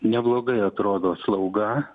neblogai atrodo slauga